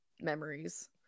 memories